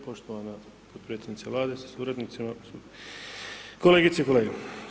Poštovana potpredsjednice Vlade sa suradnicima, kolegice i kolege.